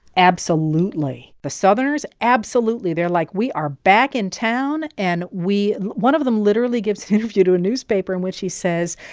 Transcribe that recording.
absolutely. the southerners absolutely they're like, we are back in town, and we one of them literally gives an interview to a newspaper in which he says,